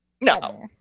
No